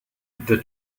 the